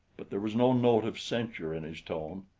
but there was no note of censure in his tone.